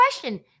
question